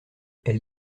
elle